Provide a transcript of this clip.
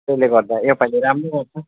त्यसले गर्दा यो पालि राम्रो भएको छ